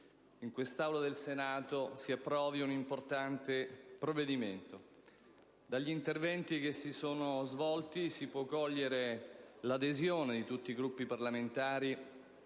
nell'Aula del Senato sia un importante provvedimento. Dagli interventi che si sono svolti si è potuta cogliere l'adesione di tutti i Gruppi parlamentari